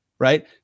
Right